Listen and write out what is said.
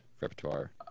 repertoire